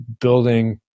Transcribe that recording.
building